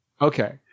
Okay